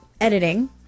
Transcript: editing